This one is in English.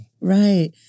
Right